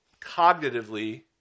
cognitively